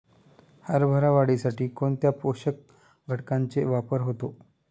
हरभरा वाढीसाठी कोणत्या पोषक घटकांचे वापर होतो?